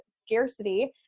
scarcity